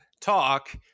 talk